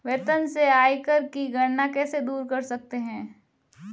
वेतन से आयकर की गणना कैसे दूर कर सकते है?